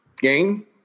game